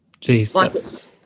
Jesus